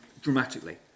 dramatically